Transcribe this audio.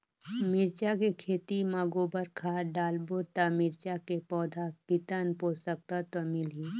मिरचा के खेती मां गोबर खाद डालबो ता मिरचा के पौधा कितन पोषक तत्व मिलही?